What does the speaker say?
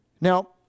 Now